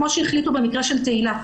כמו שהחליטו במקרה של תהילה.